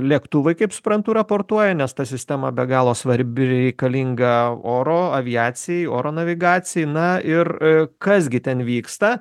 lėktuvai kaip suprantu raportuoja nes ta sistema be galo svarbi ir reikalinga oro aviacijai oro navigacijai na ir kas gi ten vyksta